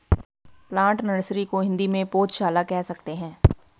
plant nursery को हिंदी में पौधशाला कह सकते हैं